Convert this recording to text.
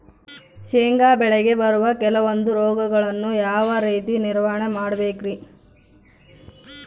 ಶೇಂಗಾ ಬೆಳೆಗೆ ಬರುವ ಕೆಲವೊಂದು ರೋಗಗಳನ್ನು ಯಾವ ರೇತಿ ನಿರ್ವಹಣೆ ಮಾಡಬೇಕ್ರಿ?